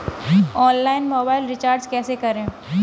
Online mobile recharge कैसे करें?